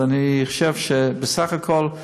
אז אני חושב שבסך הכול,